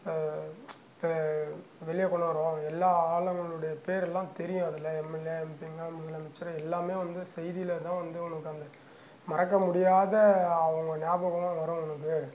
இப்போ வெளியே கொண்டு வரும் எல்லா ஆளுங்களுடைய பேரெல்லாம் தெரியும் அதில் எம்எல்ஏ எம்பிலாம் முதலமைச்சர் எல்லாமே வந்து செய்தியில் தான் வந்து உனக்கு அந்த மறக்க முடியாத அவங்களோட ஞாபகங்கம்லான் வரும் உனக்கு